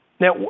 Now